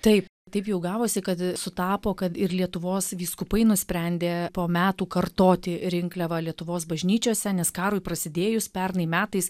taip taip jau gavosi kad sutapo kad ir lietuvos vyskupai nusprendė po metų kartoti rinkliavą lietuvos bažnyčiose nes karui prasidėjus pernai metais